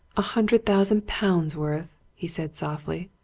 a hundred thousand pounds' worth! he said softly.